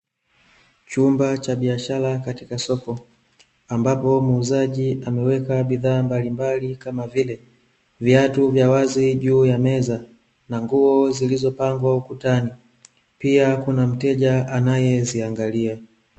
Chumba cha biashara katika soko, ambapo muuzaji ameweka bidhaa mbalimbali kama vile: viatu vya wazi juu ya meza na nguo zilizopangwa ukutani. Pia kuna mteja anayeziangalia.